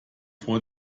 vor